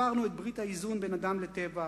הפרנו את ברית האיזון בין האדם לטבע.